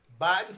Biden